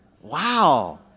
Wow